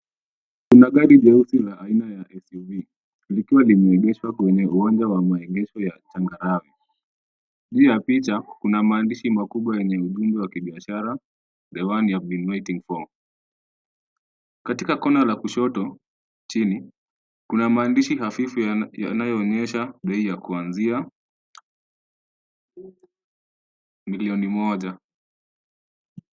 Kuna gari jeusi ya aina ya SUV, likiwa limeegeshwa kwenye uwanja wa maegesho ya changarawe. Juu ya picha kuna maandishi makubwa yenye ujumbe wa kibiashara the one you have been waiting for. Katika kona la kushoto chini, kuna maandishi hafifu yanayo onyesha bei ya kuanzia milioni moja.